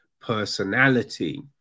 personality